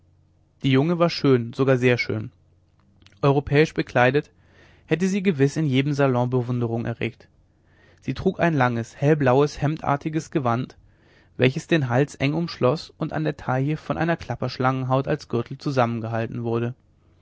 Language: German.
die junge war schön sogar sehr schön europäisch gekleidet hätte sie gewiß in jedem salon bewunderung erregt sie trug ein langes hellblaues hemdartiges gewand welches den hals eng umschloß und an der taille von einer klapperschlangenhaut als gürtel zusammengehalten wurde